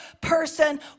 person